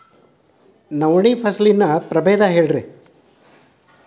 ನವಣಿ ಫಸಲಿನ ಪ್ರಭೇದ ಹೇಳಿರಿ